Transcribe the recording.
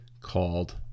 called